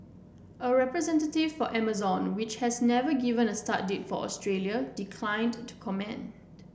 a representative for Amazon which has never given a start date for Australia declined to comment